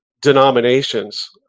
denominations